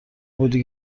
بودی